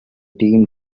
team